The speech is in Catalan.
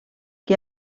que